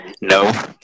No